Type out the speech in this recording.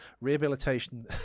Rehabilitation